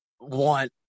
want